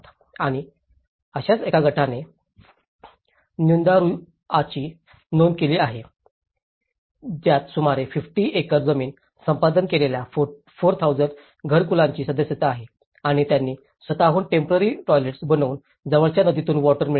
आणि अशाच एका गटाने न्यंदारुआचीNyandarua नोंद केली आहे ज्यात सुमारे 50 एकर जमीन संपादन केलेल्या 4000 घरकुलांची सदस्यता आहे आणि त्यांनी स्वत हून टेम्पोरारी टॉयलेट्स बनवून जवळच्या नदीतून वॉटर मिळवले